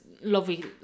lovely